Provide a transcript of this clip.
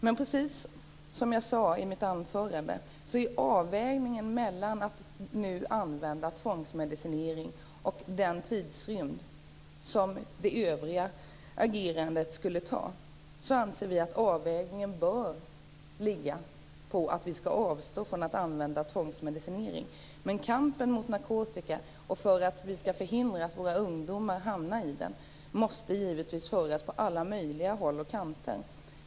Men i avvägningen mellan att använda tvångsmedicinering och att avvakta den tidsrymd som det andra agerandet skulle ta, anser vi att vi bör avstå från att använda tvångsmedicinering, precis som jag sade i mitt anförande. Kampen mot narkotika och för att förhindra att våra ungdomar hamnar i missbruk måste givetvis föras på alla möjliga håll och kanter.